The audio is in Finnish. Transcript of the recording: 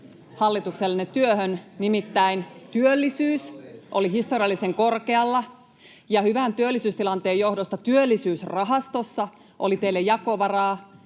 hallituksenne työhön, nimittäin työllisyys oli historiallisen korkealla ja hyvän työllisyystilanteen johdosta Työllisyysrahastossa oli teille jakovaraa.